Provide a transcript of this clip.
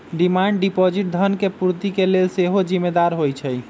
demand deposit धन के पूर्ति के लेल सेहो जिम्मेदार होइ छइ